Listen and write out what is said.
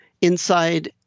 inside